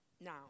Now